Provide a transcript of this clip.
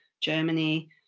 Germany